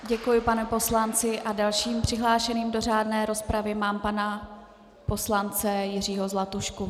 Děkuji panu poslanci a dalším přihlášeným do řádné rozpravy mám pana poslance Jiřího Zlatušku.